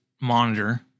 monitor